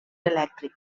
elèctric